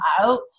out